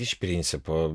iš principo